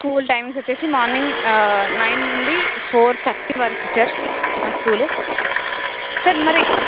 school time వచ్చి morning nine నుండి four thirty వరకు సార్ మా స్కూల్ సార్ మరి